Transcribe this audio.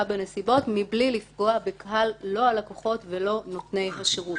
בנסיבות בלי לפגוע לא בקהל הלקוחות ולא נותני השירות,